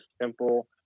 simple